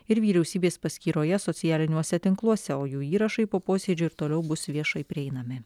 ir vyriausybės paskyroje socialiniuose tinkluose o jų įrašai po posėdžio ir toliau bus viešai prieinami